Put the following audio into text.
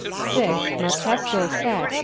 six marquesse dorset,